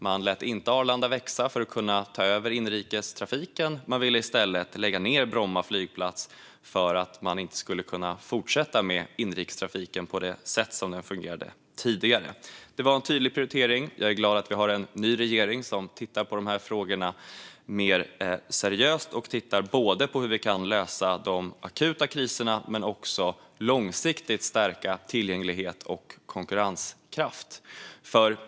Man lät alltså inte Arlanda växa för att kunna ta över inrikestrafiken, och man ville lägga ned Bromma flygplats för att inrikestrafiken inte skulle kunna fortsätta att fungera på samma sätt som tidigare. Det var en tydlig prioritering. Jag är glad att vi har en ny regering som tittar på dessa frågor mer seriöst, både på hur vi kan lösa de akuta kriserna och på hur vi långsiktigt kan stärka tillgänglighet och konkurrenskraft.